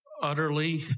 utterly